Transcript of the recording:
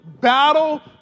battle